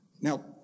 Now